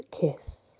kiss